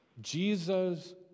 Jesus